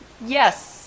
Yes